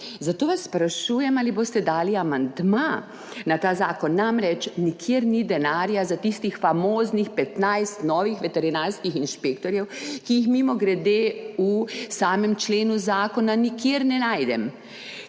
Zato vas sprašujem, ali boste dali amandma na ta zakon. Namreč, nikjer ni denarja za tistih famoznih 15 novih veterinarskih inšpektorjev, ki jih mimogrede v samem členu zakona nikjer ne najdem.